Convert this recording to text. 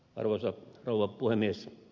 arvoisa rouva puhemies